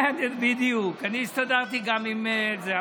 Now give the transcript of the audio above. בדיוק, אני הסתדרתי גם עם זה.